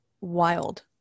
wild